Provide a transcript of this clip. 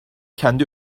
kendi